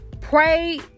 pray